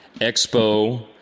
Expo